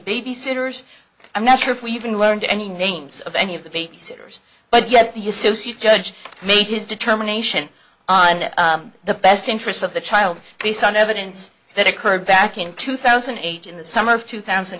babysitters i'm not sure if we even learned any names of any of the babysitters but yet the judge made his determination on the best interests of the child based on evidence that occurred back in two thousand and eight in the summer of two thousand